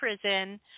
prison